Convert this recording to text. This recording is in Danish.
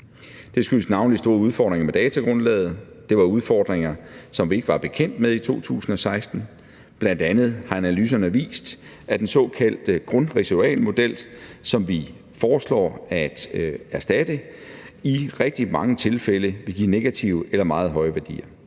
Det skyldes navnlig store udfordringer med datagrundlaget. Det var udfordringer, som vi ikke var bekendt med i 2016. Bl.a. har analyserne vist, at den såkaldte grundresidualmodel, som vi foreslår at erstatte, i rigtig mange tilfælde vil give negative eller meget høje værdier.